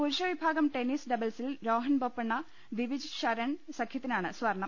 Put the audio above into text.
പുരുഷവിഭാഗും tennis ഡബിൾസിൽ രോഹൻ ബൊപ്പണ്ണ ദിവിജ് ഷരൺ സ്പ്യത്തിനാണ് സ്വർണം